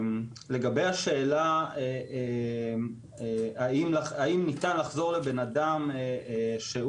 לגבי השאלה האם ניתן לחזור לאדם שהוא